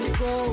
go